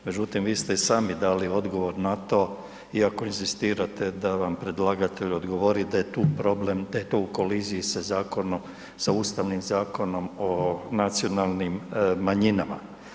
Međutim, vi ste i sami dali odgovor na to iako inzistirate da vam predlagatelj odgovori da je to u koliziji sa Ustavnim zakonom o nacionalnim manjinama.